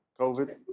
COVID